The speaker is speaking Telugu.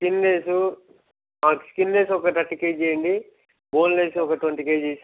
స్కిన్లెస్ మాకు స్కిన్లెస్ ఒక థర్టీ కేజీ వేయండి బోన్లెస్ ఒక ట్వంటీ కేజీస్